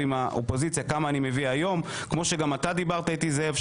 מגיע לדיון בוועדה,